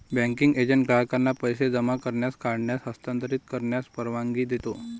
banking agent ग्राहकांना पैसे जमा करण्यास, काढण्यास, हस्तांतरित करण्यास परवानगी देतो